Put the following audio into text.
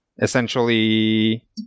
essentially